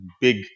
big